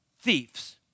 thieves